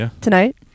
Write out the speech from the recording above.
tonight